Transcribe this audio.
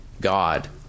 God